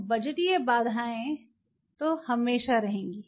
तो बजटीय बाधाएं तप हमेशा रहेंगी